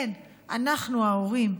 כן, אנחנו ההורים.